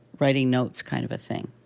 writing notes kind of a thing?